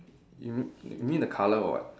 you mean you mean the colour or what